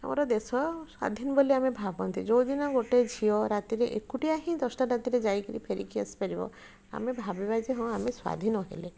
ଆମର ଦେଶ ସ୍ୱାଧୀନ ବୋଲି ଆମେ ଭାବନ୍ତେ ଯେଉଁଦିନ ଗୋଟେ ଝିଅ ରାତିରେ ଏକୁଟିଆ ହିଁ ଦଶଟା ରାତିରେ ଯାଇକିରି ଫେରିକି ଆସିପାରିବ ଆମେ ଭାବିବା ଯେ ହଁ ଆମେ ସ୍ୱାଧୀନ ହେଲେ